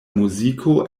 muziko